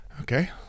Okay